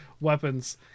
weapons